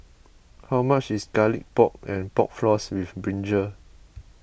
how much is Garlic Pork and Pork Floss with Brinjal